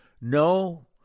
No